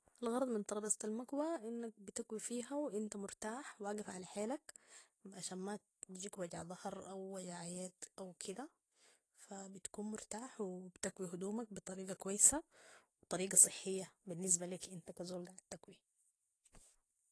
الغرض من طربيزة المكوى انك بتكوي فيها وانت مرتاح واقف على حيلك عشان ما تجيك وجع ضهر او وجع يد او كده فبتكون مرتاح وبتكوي هدومك بطريقة كويسة وطريقة صحية بالنسبة لك انت كزول قاعد تكوي